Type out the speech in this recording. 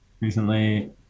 recently